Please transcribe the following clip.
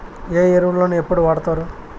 ఏ ఎరువులని ఎప్పుడు వాడుతారు?